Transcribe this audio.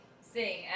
sing